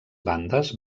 bandes